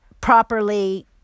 properly